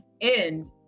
end